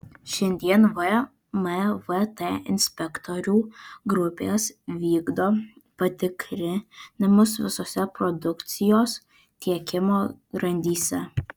šiandien vmvt inspektorių grupės vykdo patikrinimus visose produkcijos tiekimo grandyse